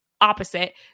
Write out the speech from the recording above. opposite